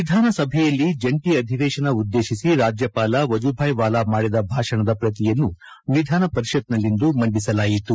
ವಿಧಾನಸಭೆಯಲ್ಲಿ ಜಂಟಿ ಅಧಿವೇಶನ ಉದ್ದೇಶಿಸಿ ರಾಜ್ಯಪಾಲ ವಜುಭಾಯ್ ವಾಲಾ ಮಾಡಿದ ಭಾಷಣದ ಪ್ರತಿಯನ್ನು ವಿಧಾನ ಪರಿಷತ್ನಲ್ಲಿಂದು ಮಂಡಿಸಲಾಯಿತು